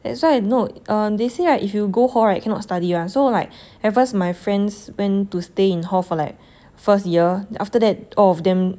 that's why no err they say right if you go hall right cannot study [one] so like at first my friends went to stay in hall for like first year after that all of them